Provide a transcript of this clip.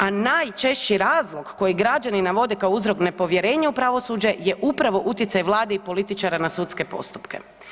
A najčešći razlog kojeg građani navode kao uzrok nepovjerenja u pravosuđe je upravo utjecaj Vlade i političara na sudske postupke.